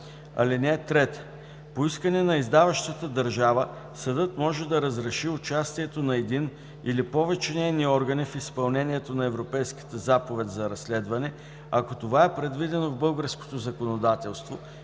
(3) По искане на издаващата държава съдът може да разреши участието на един или повече нейни органи в изпълнението на Европейската заповед за разследване, ако това е предвидено в българското законодателство